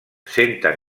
senten